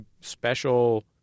special